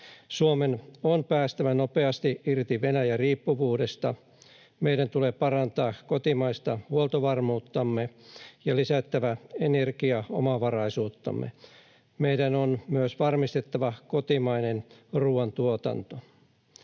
Suomen on päästävä nopeasti irti Venäjä-riippuvuudesta. Meidän tulee parantaa kotimaista huoltovarmuuttamme ja lisätä energiaomavaraisuuttamme. Meidän on myös varmistettava kotimainen ruoantuotanto.